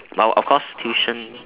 while of course tuition